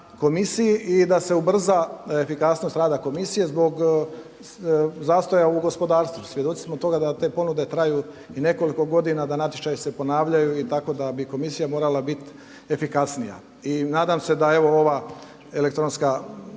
komisiji i da se ubrza efikasnost rada komisije zbog zastoja u gospodarstvu. Svjedoci smo toga da te ponude traju i nekoliko godina da natječaji se ponavljaju i da bi komisija morala biti efikasnija. I nadam se da evo ova elektronska